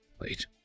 Wait